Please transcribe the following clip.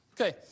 Okay